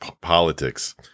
politics